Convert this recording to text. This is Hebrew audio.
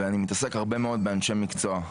ואני מתעסק הרבה מאוד באנשי מקצוע.